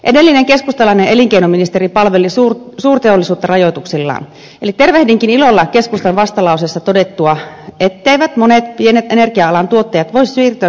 edellinen keskustalainen elinkeinoministeri palveli suurteollisuutta rajoituksillaan eli tervehdinkin ilolla keskustan vastalauseessa todettua etteivät monet pienet energia alan tuottajat voi siirtyä syöttötariffijärjestelmään